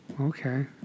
Okay